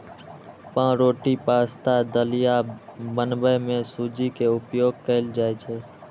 पावरोटी, पाश्ता, दलिया बनबै मे सूजी के उपयोग कैल जाइ छै